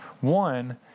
One